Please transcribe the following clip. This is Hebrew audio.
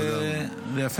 וזה יפה מאוד.